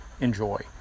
enjoy